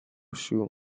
suez